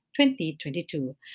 2022